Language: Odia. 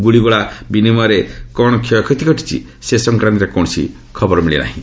ଗୁଳିଗେଳା ବିନିମୟରେ କ'ଣ କ୍ଷୟକ୍ଷତି ଘଟିଛି ସେ ସଂକ୍ରାନ୍ତରେ କୌଣସି ଖବର ମିଳିନାହିଁ